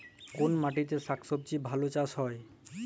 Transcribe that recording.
কোন মাটিতে শাকসবজী ভালো চাষ হয়?